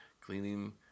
cleaning